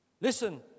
Listen